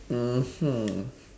mmhmm